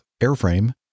airframe